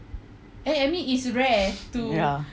ya